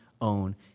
own